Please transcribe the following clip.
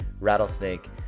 Rattlesnake